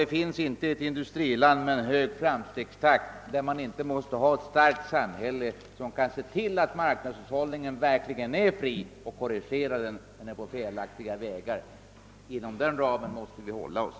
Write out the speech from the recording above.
Det finns inte heller något industriland med hög framstegstakt, där man inte behöver ett starkt samhälle som kan se till att marknadshushållningen verkligen kan korrige ras när den slår in på felaktiga vägar. Inom den ramen måste vi hålla oss.